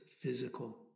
physical